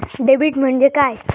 Debit म्हणजे काय?